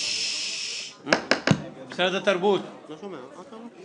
זה היה.